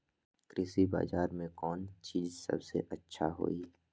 कृषि बजार में कौन चीज सबसे अच्छा होई?